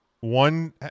One